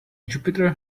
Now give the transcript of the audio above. jupiter